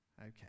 Okay